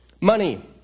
Money